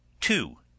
two